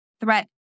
threat